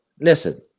listen